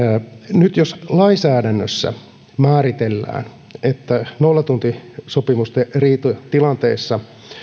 nyt jos lainsäädännössä määritellään että nollatuntisopimusten riitatilanteessa